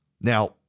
Now